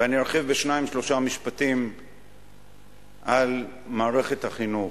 ואני ארחיב בשניים, שלושה משפטים על מערכת החינוך.